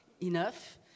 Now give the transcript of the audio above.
enough